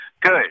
Good